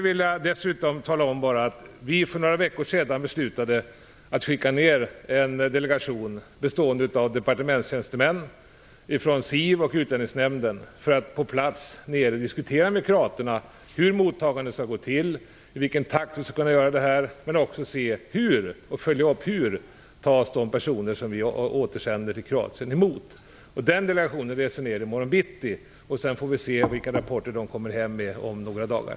För några veckor sedan beslutade vi att skicka ner en delegation bestående av departementstjänstemän och tjänstemän från SIV och Utlänningsnämnden för att på plats där nere diskutera med kroaterna hur mottagandet skall gå till, i vilken takt det kan utföras och också följa upp hur de personer tas emot som vi återsänder till Kroatien. Den delegationen reser ner i morgon bitti. Sedan får vi se vilka rapporter den kommer hem med om några dagar.